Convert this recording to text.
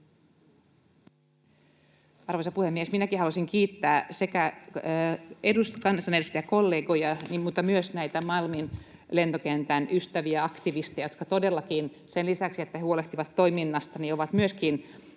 Arvoisa puhemies! Minäkin haluaisin kiittää sekä kansanedustajakollegoja että myös näitä Malmin lentokentän ystäviä, aktivisteja, jotka todellakin sen lisäksi, että he huolehtivat toiminnasta, ovat myöskin